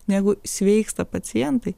negu sveiksta pacientai